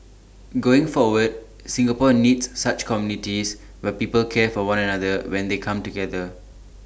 going forward Singapore needs such communities where people care for one another when they come together